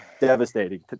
Devastating